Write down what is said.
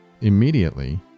immediately